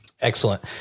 Excellent